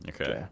Okay